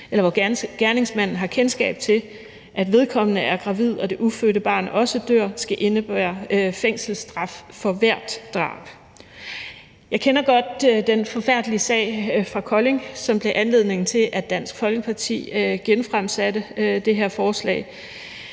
eller hvor gerningsmanden har kendskab til, at vedkommende er gravid, og hvor det ufødte barn også dør, skal indebære fængselsstraf for hvert drab. Jeg kender godt den forfærdelige sag fra Kolding, som gav anledning til, at Dansk Folkeparti genfremsatte det her forslag.